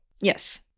Yes